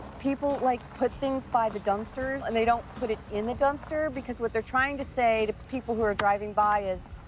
people, like, put things by the dumpsters and they don't put it in the dumpster, because what they're trying to say to people who are driving by is,